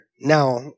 Now